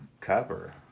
cover